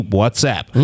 WhatsApp